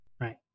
Right